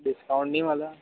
discount નહીં મળે